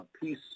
peace